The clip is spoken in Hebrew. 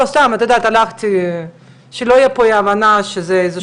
שלא תהיה פה אי הבנה שזה איזה שהיא קומבינה.